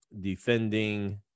defending